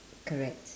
correct